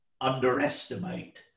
underestimate